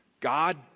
God